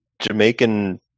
Jamaican